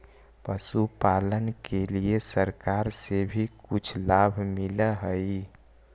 पशुपालन के लिए सरकार से भी कुछ लाभ मिलै हई?